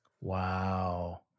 Wow